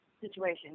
situation